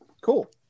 Cool